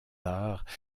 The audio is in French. arts